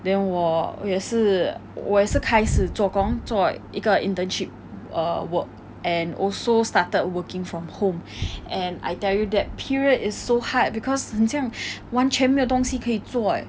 then 我也是我也是开始做工做一个 internship err work and also started working from home and I tell you that period is so hard because 很像完全没有东西可以做 eh